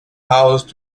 house